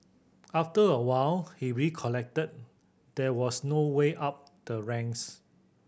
after a while he recollected there was no way up the ranks